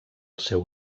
seu